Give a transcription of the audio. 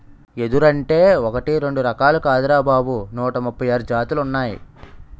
ఎదురంటే ఒకటీ రెండూ రకాలు కాదురా బాబూ నూట ముప్పై ఆరు జాతులున్నాయ్